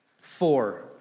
Four